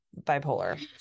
bipolar